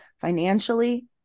financially